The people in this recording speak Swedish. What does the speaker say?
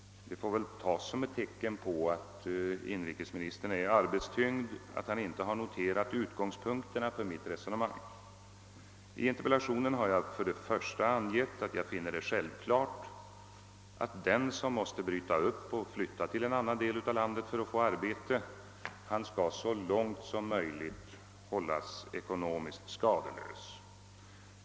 Det får kanske tas som ett tecken på att inrikesministern är arbetstyngd och inte har noterat utgångspunkten för mitt resonemang. I interpellationen har jag för det första framhållit att jag finner det självklart att den, som måste bryta upp och flytta till en annan del av landet för att få arbete, så långt möjligt skall hållas ekonomiskt skadeslös.